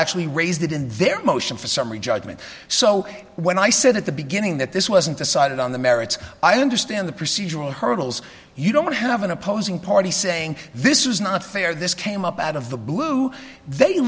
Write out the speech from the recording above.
actually raised that in their motion for summary judgment so when i said at the beginning that this wasn't decided on the merits i understand the procedural hurdles you don't have an opposing party saying this is not fair this came up out of the blue they